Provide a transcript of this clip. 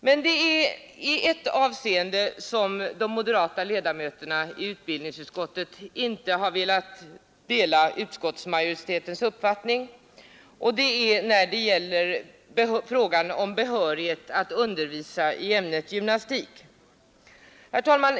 Men det är i ett avseende som de moderata ledamöterna i utbildningsutskottet inte kunnat dela utskottsmajoritetens uppfattning, och det gäller frågan om behörighet att undervisa i ämnet gymnastik. Herr talman!